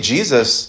Jesus